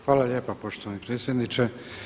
Hvala lijepa poštovani predsjedniče.